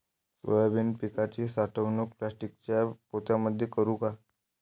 Soybean पिकाची साठवणूक प्लास्टिकच्या पोत्यामंदी करू का?